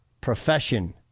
profession